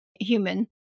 human